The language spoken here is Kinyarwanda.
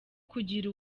kugira